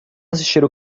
assistir